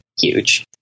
huge